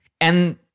And-